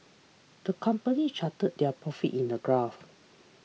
the company charted their profits in a graph